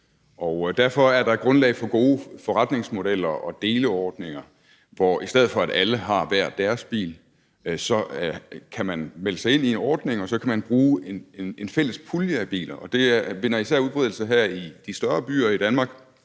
Derfor er der grundlag for gode forretningsmodeller og deleordninger. I stedet for at alle har hver deres bil, kan man melde sig ind i en ordning, og så kan man bruge en fælles pulje af biler. Det vinder især udbredelse i de større byer i Danmark,